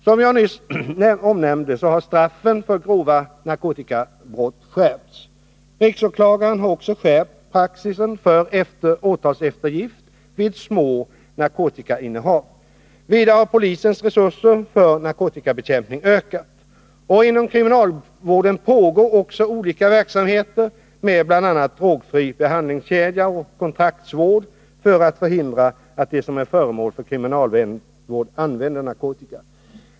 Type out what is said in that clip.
Som jag nyss omnämnde har straffen för grova narkotikabrott skärpts. Riksåklagaren har också skärpt praxisen när det gäller åtalseftergift vid små narkotikainnehav. Vidare har polisens resurser för narkotikabekämpning ökat. Inom kriminalvården pågår också olika verksamheter, bl.a. med drogfri behandlingskedja och kontraktsvård, för att hindra att de som är föremål för kriminalvård använder narkotika.